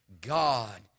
God